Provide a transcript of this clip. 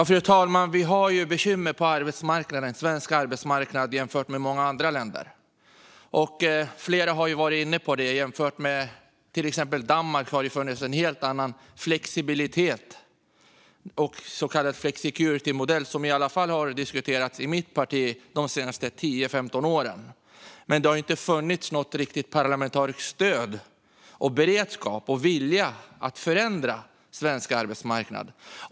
Fru talman! Vi har bekymmer på den svenska arbetsmarknaden om man jämför med många andra länder. Flera här har varit inne på att i till exempel Danmark har det funnits en helt annan flexibilitet och en så kallad flexicuritymodell som i alla fall har diskuterats i mitt parti de senaste 10-15 åren. Men det har inte funnits något riktigt parlamentariskt stöd, någon beredskap eller vilja att förändra svensk arbetsmarknad.